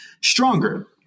stronger